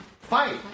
Fight